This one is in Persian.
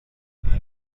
این